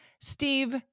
Steve